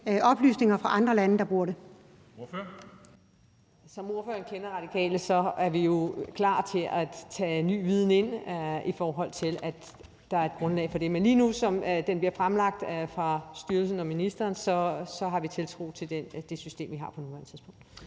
Ordføreren. Kl. 10:46 Christina Thorholm (RV): Som ordføreren kender Radikale, er vi jo klar til at tage ny viden ind, hvis der er et grundlag for det. Men lige nu, som det bliver fremlagt af styrelsen og ministeren, har vi tiltro til det system, vi har på nuværende tidspunkt.